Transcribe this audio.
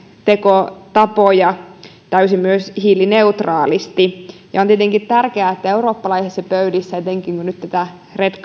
tekotapoja myös täysin hiilineutraalisti on tietenkin tärkeää että eurooppalaisissa pöydissä etenkin kun nyt sitten niitä red